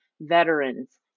veterans